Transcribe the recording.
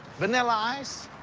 vanilla ice?